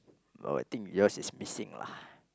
oh I think yours is missing lah